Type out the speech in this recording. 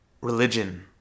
religion